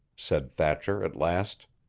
said thatcher, at last.